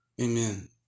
Amen